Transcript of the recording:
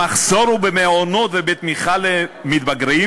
המחסור הוא במעונות ובתמיכה למתבגרים,